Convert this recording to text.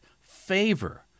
favor